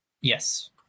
Yes